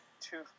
two